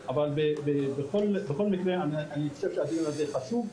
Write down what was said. בכל מקרה אני חושב שהדיון הזה חשוב,